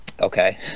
Okay